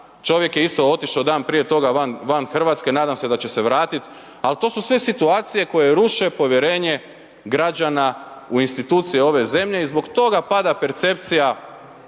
Čovjek je isto otišao dan prije toga van Hrvatske, nadam se da će se vratiti ali to su sve situacije koje ruše povjerenje građana u institucije ove zemlje i zbog toga pada percepcija